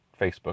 Facebook